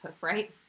right